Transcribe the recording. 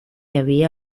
havia